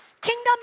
Kingdom